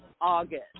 August